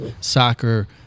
soccer